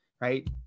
right